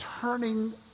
turning